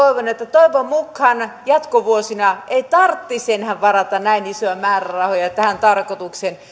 toivon että jatkovuosina ei tarvitsisi enää varata näin isoja määrärahoja tähän tarkoitukseen